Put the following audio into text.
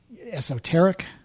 esoteric